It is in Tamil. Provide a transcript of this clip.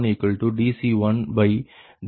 Pg1max180 MW